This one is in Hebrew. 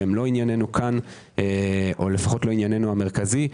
שהן לא ענייננו פה או לפחות לא ענייננו המרכזי,